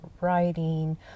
writing